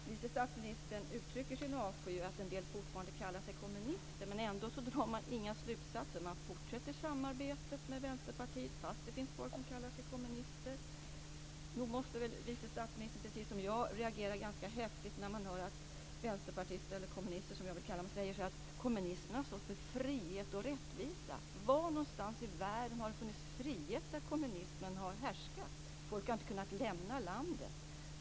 Vice statsministern uttrycker sin avsky för att en del fortfarande kallar sig kommunister, men ändå drar hon inga slutsatser. Man fortsätter samarbetet med Vänsterpartiet fast det finns folk som kallar sig kommunister. Nog måste vice statsministern, precis som jag, reagera ganska häftigt när man hör att vänsterpartister - eller kommunister, som jag vill kalla dem - säger att kommunismen har stått för frihet och rättvisa. Var någonstans i världen har det funnits frihet där kommunismen har härskat? Folk har inte kunnat lämna landet.